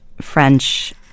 French